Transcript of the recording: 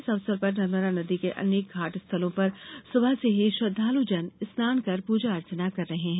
इस अवसर पर नर्मदा नदी के अनेक घाट स्थलों पर सुबह से ही श्रद्वालुजन स्नान कर पूजा अर्चना कर रहे हैं